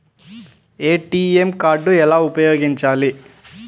ATM card ఎలా ఉపయోగించాలి?